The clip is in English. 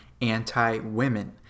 anti-women